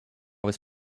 was